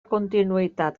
continuïtat